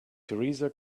theresa